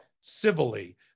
civilly